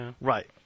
Right